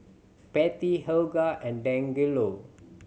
Pattie Helga and Dangelo